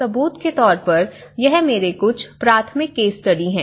सबूत के तौर पर यह मेरे कुछ प्राथमिक केस स्टडी हैं